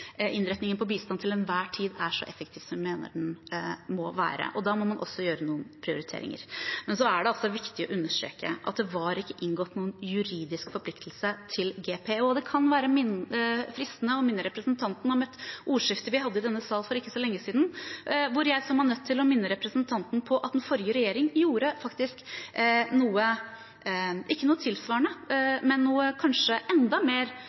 innretningen på bistanden til enhver tid er så effektiv som vi mener den må være. Da må man også gjøre noen prioriteringer. Så er det viktig å understreke at det ikke var inngått noen juridisk forpliktelse overfor GPE. Det kan være fristende å minne representanten om et ordskifte vi hadde i denne sal for ikke så lenge siden, hvor jeg så meg nødt til å minne representanten på at den forrige regjering gjorde noe kanskje enda mindre forutsigbart når de kuttet inngåtte forpliktelser, bl.a. på fornybar energi-området. Det vil ikke